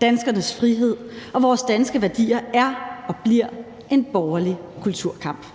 danskernes frihed og vores danske værdier er og bliver en borgerlig kulturkamp.